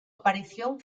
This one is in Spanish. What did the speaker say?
aparición